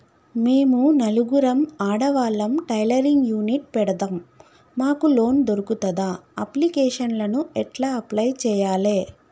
మేము నలుగురం ఆడవాళ్ళం టైలరింగ్ యూనిట్ పెడతం మాకు లోన్ దొర్కుతదా? అప్లికేషన్లను ఎట్ల అప్లయ్ చేయాలే?